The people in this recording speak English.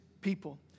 people